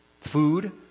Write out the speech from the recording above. Food